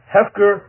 Hefker